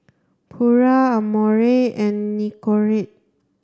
Pura Amore and Nicorette